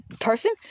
person